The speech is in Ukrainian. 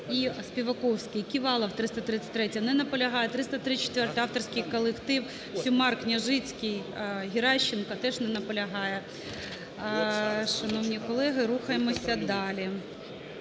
і Співаковський. Ківалов, 333-я. Не наполягає. 334-а, авторський колектив Сюмар, Княжицький, Геращенко теж не наполягає. Шановні колеги, рухаємося далі.